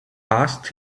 asked